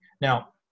Now